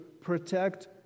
protect